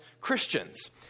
Christians